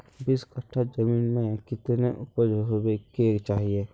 बीस कट्ठा जमीन में कितने उपज होबे के चाहिए?